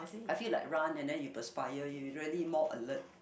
I feel like run and then you perspire you really more alert